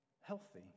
healthy